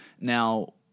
Now